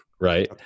Right